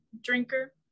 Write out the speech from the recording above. drinker